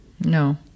no